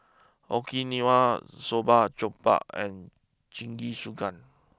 Okinawa Soba Jokbal and Jingisukan